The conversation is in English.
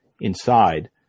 inside